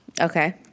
Okay